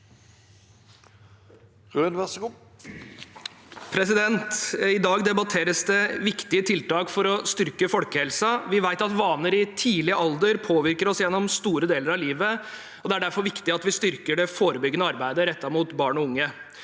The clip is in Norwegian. I dag debatteres det viktige tiltak for å styrke folkehelsen. Vi vet at vaner i tidlig alder påvirker oss gjennom store deler av livet. Det er derfor viktig at vi styrker det forebyggende arbeidet rettet mot barn og unge.